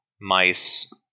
mice